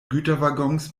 güterwaggons